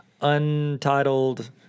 untitled